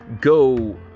go